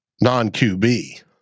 non-qb